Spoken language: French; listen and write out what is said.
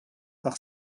par